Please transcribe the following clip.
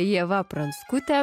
ieva pranskutė